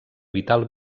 vital